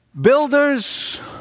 builders